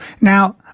now